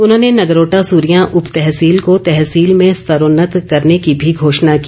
उन्होंने नगरोटा सूरियां उपतहसील को तहसील में स्तरोन्नत करने की भी घोषणा की